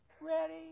Ready